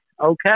Okay